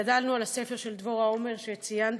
גדלנו על הספר של דבורה עומר שציינת.